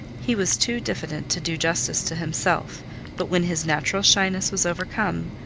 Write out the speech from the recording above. he was too diffident to do justice to himself but when his natural shyness was overcome,